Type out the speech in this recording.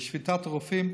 בשביתת הרופאים,